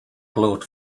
glowed